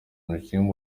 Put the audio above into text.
umukinnyi